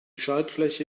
schaltfläche